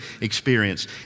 experience